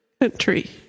country